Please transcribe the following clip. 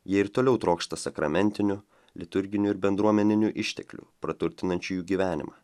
jie ir toliau trokšta sakramentinių liturginių ir bendruomeninių išteklių praturtinančių jų gyvenimą